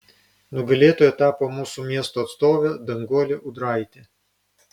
nugalėtoja tapo mūsų miesto atstovė danguolė ūdraitė